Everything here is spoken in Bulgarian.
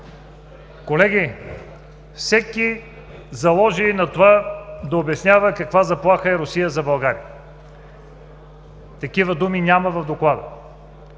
колеги, всеки заложи на това да обяснява каква заплаха е Русия за България. Такива думи няма в Доклада.